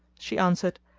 she answered,